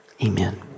amen